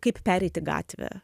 kaip pereiti gatvę